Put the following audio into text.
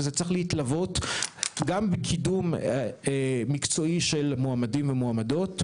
וזה צריך להתלוות גם בקידום מקצועי של מועמדים ומועמדות.